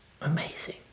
amazing